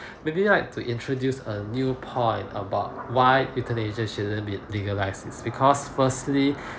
maybe like to introduce a new point about why euthanasia shouldn't be legalise is because firstly